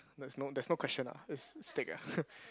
there's no there's no question ah is stick ah